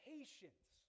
Patience